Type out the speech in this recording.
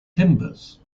timbers